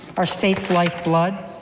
our state's life blood.